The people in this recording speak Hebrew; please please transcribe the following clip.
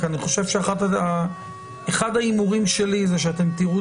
כי אחד ההימורים שלי הוא שאתם תראו